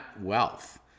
wealth